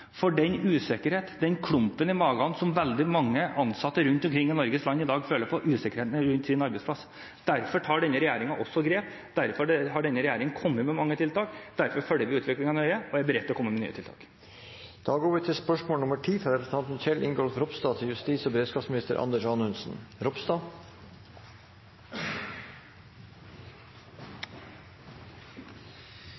for den usikkerheten, den klumpen i magen, som veldig mange ansatte rundt omkring i Norges land i dag føler på: usikkerheten rundt sin arbeidsplass. Derfor tar denne regjeringen også grep, derfor har denne regjeringen kommet med mange tiltak, og derfor følger vi utviklingen nøye og er beredt til å komme med nye tiltak.